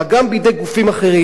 גם בידי גופים אחרים.